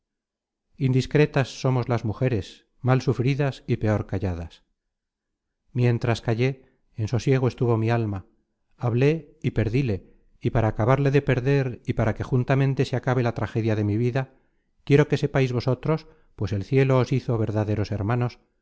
indiscretas somos las mujeres mal sufridas y peor calladas miéntras callé en sosiego estuvo mi alma hablé y perdíle y para acabarle de perder y para que juntamente se acabe la tragedia de mi vida quiero que sepais vosotros pues el cielo os hizo verdaderos hermanos